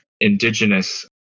Indigenous